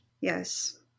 Yes